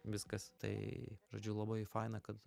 viskas tai žodžiu labai faina kad